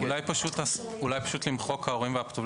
אולי למחוק ההורים והאפוטרופוס,